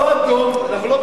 כחול-לבן, לא אדום.